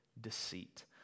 deceit